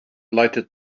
lighted